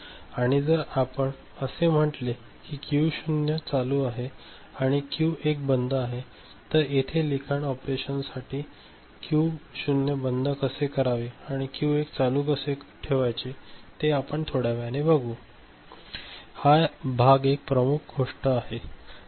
आणि जर आपण असे म्हटले की क्यू 0 चालू आहे आणि क्यू 1 बंद आहे तर इथे लिखाण ऑपरेशन साठी क्यू 0 बंद कसे करावे आणि क्यू 1 चालू कसे ठेवायचे ते आपण थोड्या वेळाने बघू हा भाग एक प्रमुख गोष्ट आहे